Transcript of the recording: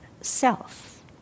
self